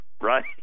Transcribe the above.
right